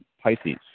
Pisces